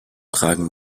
tragen